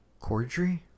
Cordry